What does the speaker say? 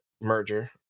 merger